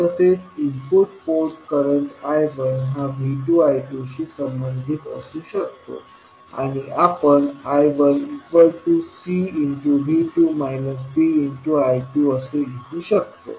तसेच input port current I1 हा V2 I2शी संबंधित असू शकतो आणि आपण I1 CV2 DI2 असे लिहू शकतो